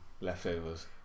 Leftovers